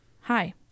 Hi